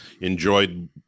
enjoyed